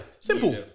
Simple